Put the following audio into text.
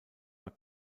are